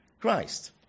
Christ